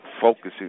focusing